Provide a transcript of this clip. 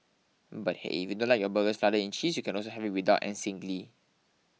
but hey if you don't like your burgers flooded in cheese you can also have it without and singly